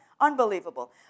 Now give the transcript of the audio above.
Unbelievable